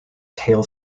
tail